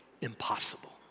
impossible